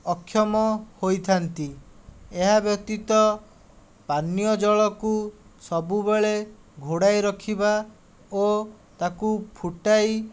ଅକ୍ଷମ ହୋଇଥାନ୍ତି ଏହା ବ୍ୟତୀତ ପାନୀୟ ଜଳକୁ ସବୁବେଳେ ଘୋଡ଼ାଇ ରଖିବା ଓ ତାକୁ ଫୁଟାଇ